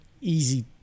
easy